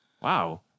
Wow